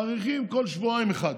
מאריכים כל שבועיים אחד.